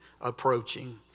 approaching